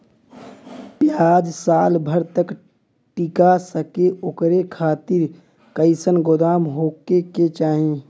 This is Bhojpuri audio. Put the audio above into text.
प्याज साल भर तक टीका सके ओकरे खातीर कइसन गोदाम होके के चाही?